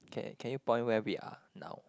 can can you point where we are now